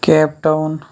Cape Town